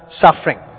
suffering